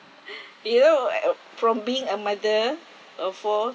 you know uh from being a mother of four